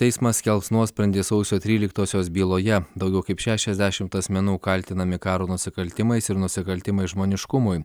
teismas skelbs nuosprendį sausio tryliktosios byloje daugiau kaip šešiasdešimt asmenų kaltinami karo nusikaltimais ir nusikaltimais žmoniškumui